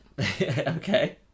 okay